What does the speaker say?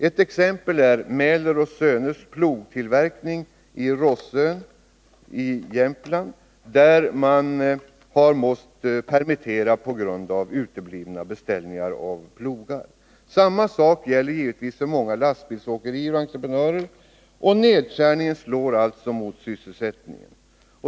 Ett exempel är Mähler & Söners plogtillverkning i Rossön i Jämtland, där man har måst permittera på grund av uteblivna beställningar av plogar. Samma sak gäller många lastbilsåkerier och entreprenörer. Nedskärningen slår alltså mot sysselsättningen.